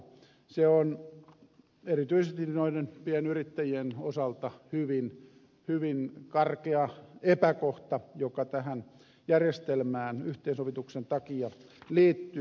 se on erityisesti noiden pienyrittäjien osalta hyvin karkea epäkohta joka tähän järjestelmään yhteensovituksen takia liittyy